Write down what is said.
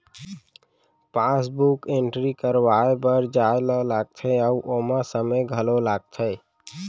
passbook entry करवाए बर जाए ल लागथे अउ ओमा समे घलौक लागथे